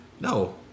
no